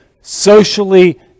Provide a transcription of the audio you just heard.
socially